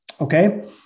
okay